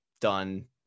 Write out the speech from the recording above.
done